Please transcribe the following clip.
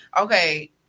okay